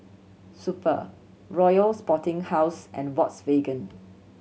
Super Royal Sporting House and Volkswagen